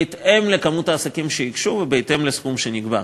בהתאם למספר העסקים שייגשו ובהתאם לסכום שנקבע.